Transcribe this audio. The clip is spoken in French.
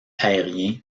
aérien